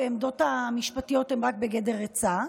והעמדות המשפטיות הן רק בגדר עצה.